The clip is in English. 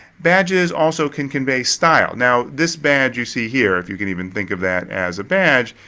badges also can convey style. now this badge you see here, if you can even think of that as a badge,